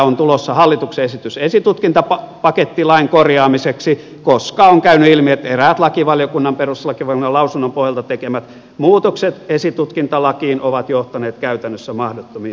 on tulossa hallituksen esitys esitutkintalakipaketin korjaamiseksi koska on käynyt ilmi että eräät lakivaliokunnan perustuslakivaliokunnan lausunnon pohjalta tekemät muutokset esitutkintalakiin ovat johtaneet käytännössä mahdottomiin tilanteisiin